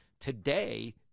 today